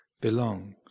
belong